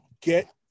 get